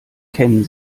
kennen